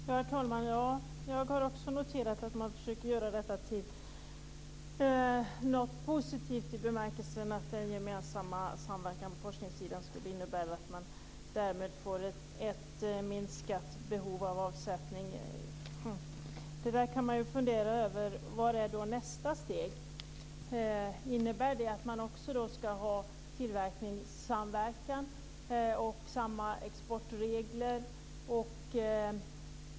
Herr talman! Jag har också noterat att man försöker göra detta till något positivt i bemärkelsen att den gemensamma samverkan på forskningssidan skulle innebära att man får ett minskat behov av avsättning. Det kan man fundera över. Vad är då nästa steg? Innebär det att man också ska ha tillverkningssamverkan och samma exportregler?